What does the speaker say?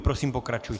Prosím, pokračujte.